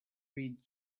read